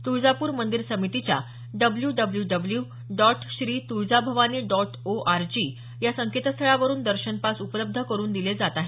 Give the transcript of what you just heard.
तुळजापूर मंदिर समितीच्या W W dot Shri Tuljabhavani dot ORG या संकेतस्थळावरून दर्शन पास उपलब्ध करून दिले जात आहेत